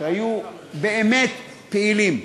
שהיו באמת פעילים: